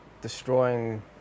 destroying